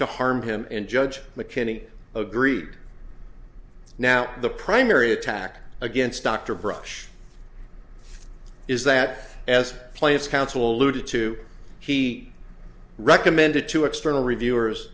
to harm him and judge mckinney agreed now the primary attack against dr brush is that as plaintiff's counsel alluded to he recommended two external reviewers